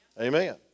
Amen